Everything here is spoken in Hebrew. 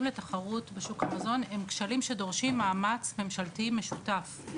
בתחרות בשוק המזון הם כשלים שדורשים מאמץ ממשלתי משותף.